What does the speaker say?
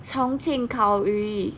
重庆烤鱼